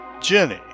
Jenny